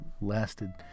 lasted